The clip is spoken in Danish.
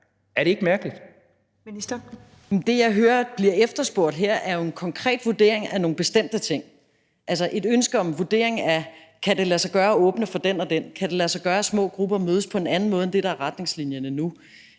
Rosenkrantz-Theil): Det, jeg hører blive efterspurgt her, er en konkret vurdering af nogle bestemte ting, altså et ønske om en vurdering af, om det kan lade sig gøre at åbne for det og det, og om det kan lade sig gøre, at små grupper mødes på en anden måde end det, der er retningslinjerne nu.